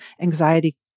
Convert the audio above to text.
anxiety